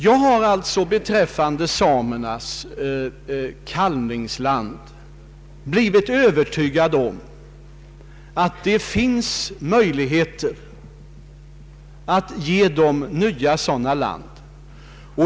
Jag har beträffande samernas kalvningsland blivit övertygad om att det finns möjligheter att skaffa nya sådana.